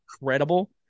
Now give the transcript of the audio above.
incredible